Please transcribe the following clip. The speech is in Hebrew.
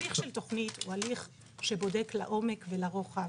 הליך של תוכנית הוא הליך שבודק לעומק ולרוחב